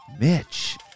Mitch